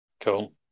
Cool